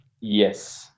Yes